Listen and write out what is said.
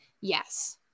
yes